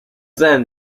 then